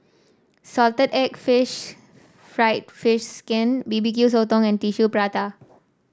Salted Egg fish fried fish skin B B Q Sotong and Tissue Prata